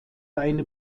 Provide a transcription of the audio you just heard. eine